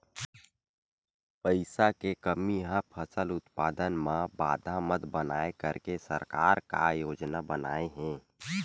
पईसा के कमी हा फसल उत्पादन मा बाधा मत बनाए करके सरकार का योजना बनाए हे?